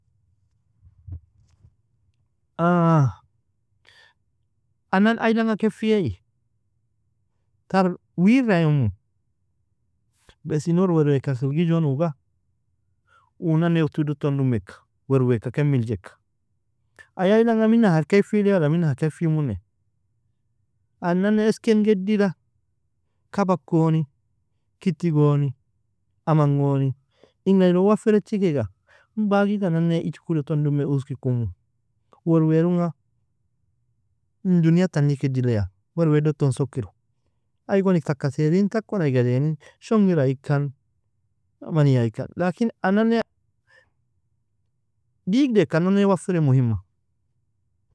anani aylanga kefiea tar wira imu, bese nuor werweaka khilgijun uoga, uu nane uto doton dumeka, werweaka kemeljek, ay aylanga mina ha kefile wala mina ha kefimune? Anani esiken gedila kaba koni, kitti goni, aman goni, inga aylon wafirechikaiga, bagig anane ichiku doton dume uski kumu, werwearunga in dunyal tagnikidileia, werwea doto sukiru, igon taka terin, takon iga dainin, shongira ikan maniya ikan lakin anane digid eka anane wafire muhimma.